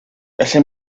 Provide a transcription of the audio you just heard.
ese